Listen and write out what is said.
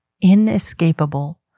inescapable